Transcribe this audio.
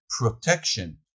protection